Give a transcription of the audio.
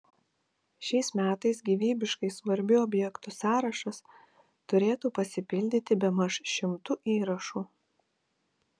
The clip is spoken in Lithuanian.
šiais metais gyvybiškai svarbių objektų sąrašas turėtų pasipildyti bemaž šimtu įrašų